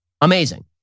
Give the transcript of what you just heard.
Amazing